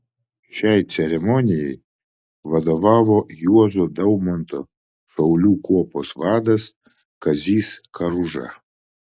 šiai ceremonijai vadovavo juozo daumanto šaulių kuopos vadas kazys karuža